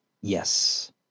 Yes